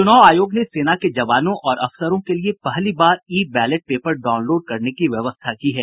चुनाव आयोग ने सेना के जवानों और अफसरों के लिए पहली बार ई बैलेट पेपर डाउनलोड करने की व्यवस्था की है